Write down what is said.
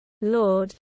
Lord